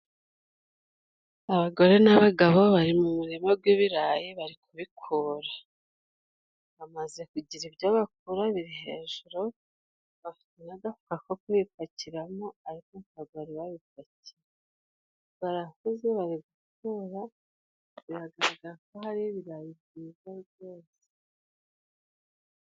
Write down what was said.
Abagore n'abagabo bari mu murima gw'ibirayi. Bari kubikura, bamaze kugira ibyo bakura biri hejuru. Bafite n'agafuka ko kubipakiramo ariko ntabwo bari babipakira. Barahuze bari gukura biragaragara ko hari ibirayi byeze rwose.